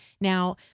Now